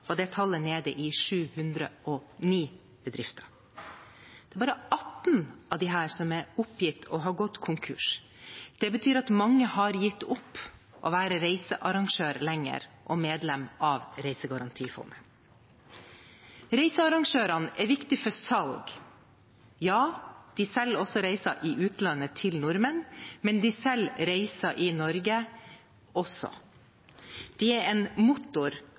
var det tallet nede i 709 bedrifter. Bare 18 av disse er oppgitt å ha gått konkurs. Det betyr at mange har gitt opp å være reisearrangør – og medlem av Reisegarantifondet – lenger. Reisearrangørene er viktige for salg. Ja, de selger reiser i utlandet til nordmenn, men de selger reiser i Norge også. De er en motor